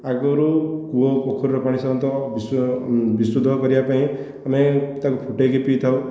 ଆଗରୁ କୂଅ ଆଉ ପୋଖରୀର ପାଣି ସାଧାରଣତଃ ବିସୁ ବିଶୁଦ୍ଧ କରିବା ପାଇଁ ଆମେ ତାକୁ ଫୁଟେଇକି ପିଇଥାଉ